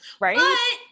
Right